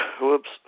Whoops